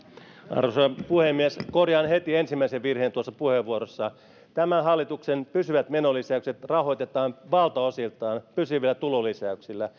arvoisa puhemies korjaan heti ensimmäisen virheen tuossa puheenvuorossa tämän hallituksen pysyvät menonlisäykset rahoitetaan valtaosiltaan pysyvillä tulonlisäyksillä